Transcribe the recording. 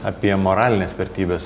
apie moralines vertybes